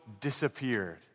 disappeared